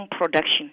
production